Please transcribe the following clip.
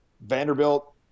vanderbilt